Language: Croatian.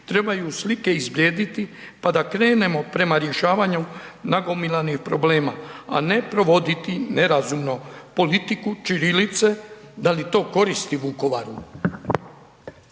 trebaju slike izblijediti, pa da krenemo prema rješavanju nagomilanih problema, a ne provoditi nerazumno politiku ćirilice, da li to koristi Vukovaru?